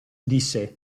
disse